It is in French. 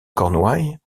cornouailles